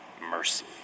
mercy